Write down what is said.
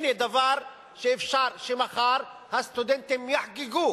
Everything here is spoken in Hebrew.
הנה, דבר, אפשר שמחר הסטודנטים יחגגו